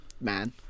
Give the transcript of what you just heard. man